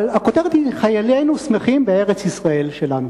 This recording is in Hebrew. אבל הכותרת היא: חיילינו שמחים בארץ-ישראל שלנו.